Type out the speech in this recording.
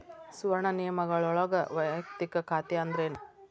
ಸುವರ್ಣ ನಿಯಮಗಳೊಳಗ ವಯಕ್ತಿಕ ಖಾತೆ ಅಂದ್ರೇನ